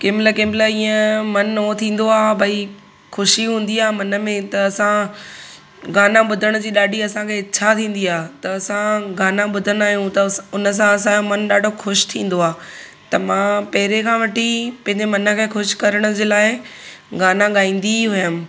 कंहिंमहिल कंहिंमहिल ईअं मन जो थींदो आहे भई ख़ुशी हूंदी आहे मन में त असां गाना ॿुधण जी ॾाढी असांखे इच्छा थींदी आहे त असां गाना ॿुधंदा आहियूं तसि हुन सां असांजो मन ॾाढो ख़ुशि थींदो आहे त मां पहिरें खां वठी पंहिंजे मन खे ख़ुशि करण जे लाइ गाना गाईंदी हुयमि